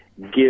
give